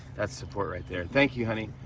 that's support right there. thank you, honey.